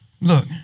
look